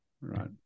right